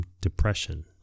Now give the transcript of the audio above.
depression